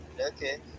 okay